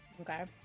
Okay